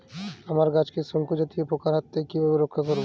আমার গাছকে শঙ্কু জাতীয় পোকার হাত থেকে কিভাবে রক্ষা করব?